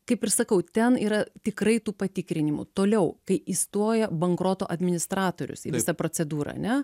kaip ir sakau ten yra tikrai tų patikrinimų toliau kai įstoja bankroto administratorius įvesta procedūra ane